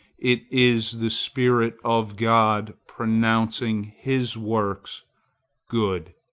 it is the spirit of god pronouncing his works good.